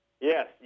Yes